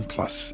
Plus